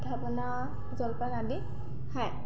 পিঠা পনা জলপান আদি খায়